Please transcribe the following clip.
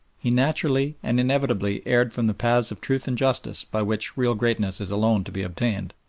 he naturally and inevitably erred from the paths of truth and justice by which real greatness is alone to be attained.